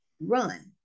run